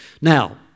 Now